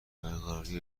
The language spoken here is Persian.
برقراری